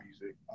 music